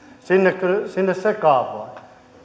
sinne sekaan